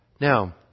Now